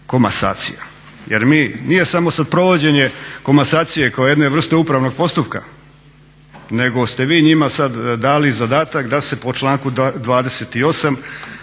komasacija. Jer mi, nije samo sad provođenje komasacije kao jedne vrste upravnog postupka, nego ste vi njima sad dali zadatak da se po članku 28.